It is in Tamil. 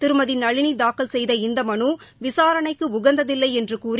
திருமதி நளினி தாக்கல் செய்த இநத மனு விசாரணைக்கு உகந்ததில்லை என்று கூறி